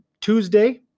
Tuesday